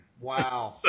Wow